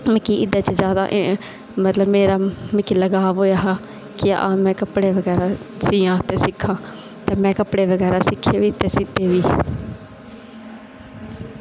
मतलब इदै च जादै मतलब मिगी लगाव होया हा ते में कपड़े बगैरा सीआं ते सिक्खां ते में कपड़े बगैरा सीह्ते सिक्खे